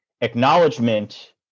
acknowledgement